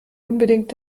unbedingt